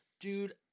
dude